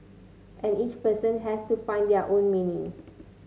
and each person has to find their own meaning